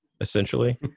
essentially